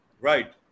right